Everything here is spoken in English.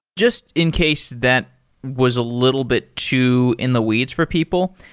just in case that was a little bit too in the weeds for people.